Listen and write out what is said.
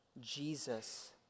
Jesus